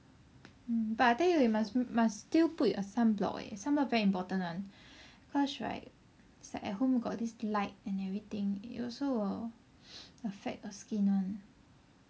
mm but I tell you you mus~ must still put your sunblock leh sunblock very important one cause right it's like at home got this light and everything it also will affect your skin one